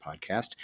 podcast